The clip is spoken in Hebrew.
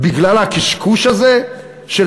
בגלל הקשקוש הזה, של